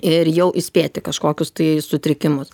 ir jau įspėti kažkokius tai sutrikimus